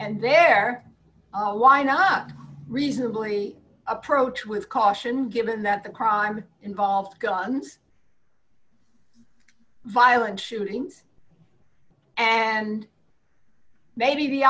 and their why not reasonably approach with caution given that the crime involved guns violent shootings and maybe